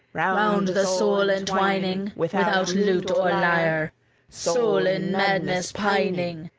round the soul entwining without lute or lyre soul in madness pining,